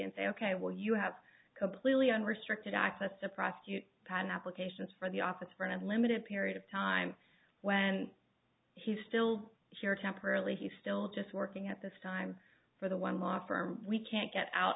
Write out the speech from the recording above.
and say ok well you have completely unrestricted access to prosecute pan applications for the office for an unlimited period of time when he's still here temporarily he's still just working at this time for the one ma firm we can't get out